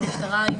המשטרה,